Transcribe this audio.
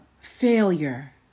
failure